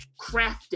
crafted